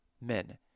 men